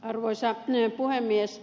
arvoisa puhemies